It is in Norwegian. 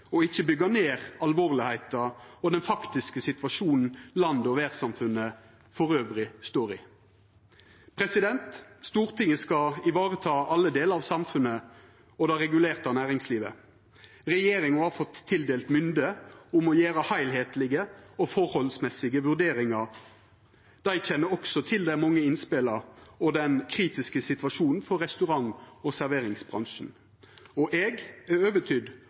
og ikkje byggja ned alvoret i den faktiske situasjonen landet og verdssamfunnet elles står i. Stortinget skal vareta alle delar av samfunnet og det regulerte næringslivet. Regjeringa har fått tildelt mynde til å gjera heilskaplege og forholdsmessige vurderingar. Dei kjenner også til dei mange innspela og den kritiske situasjonen for restaurant- og serveringsbransjen. Eg er overtydd